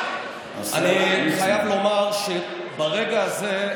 אני חייב לומר שברגע הזה,